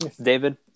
David